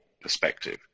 perspective